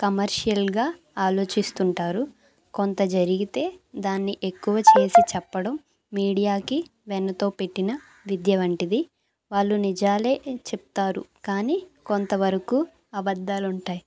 కమర్షియల్గా ఆలోచిస్తుంటారు కొంత జరిగితే దాన్ని ఎక్కువ చేసి చెప్పడం మీడియాకి వెన్నతో పెట్టిన విద్య వంటిది వాళ్ళు నిజాలే చెప్తారు కానీ కొంతవరకు అబద్ధాలుంటాయి